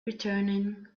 returning